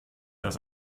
das